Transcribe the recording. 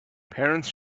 parents